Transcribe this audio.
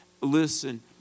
Listen